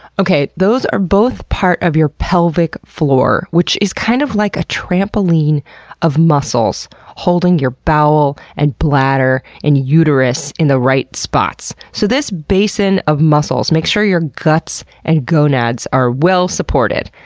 okay, those are both part of your pelvic floor, which is kind of like a trampoline of muscles holding your bowel and bladder and uterus in the right spots. so this basin of muscles makes sure your guts and gonads are well supported.